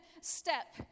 step